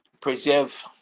preserve